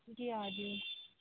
ਜੀ ਆ ਜਿਓ